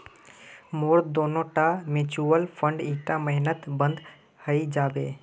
मोर दोनोटा mutual fund ईटा महिनात बंद हइ जाबे